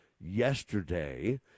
yesterday